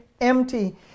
empty